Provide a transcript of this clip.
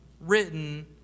written